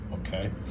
okay